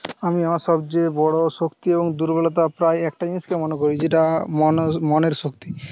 আমি আমার সবচেয়ে বড় শক্তি এবং দুর্বলতা প্রায় একটা জিনিসকে মনে করি যেটা মনের শক্তি